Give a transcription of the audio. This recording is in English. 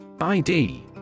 ID